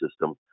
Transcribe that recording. system